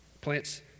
Plants